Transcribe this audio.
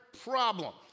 problem